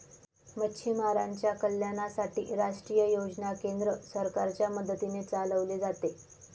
मच्छीमारांच्या कल्याणासाठी राष्ट्रीय योजना केंद्र सरकारच्या मदतीने चालवले जाते